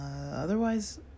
Otherwise